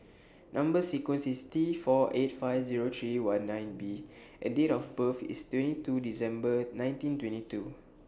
Number sequence IS T four eight five Zero three one nine B and Date of birth IS twenty two December nineteen twenty two